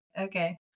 okay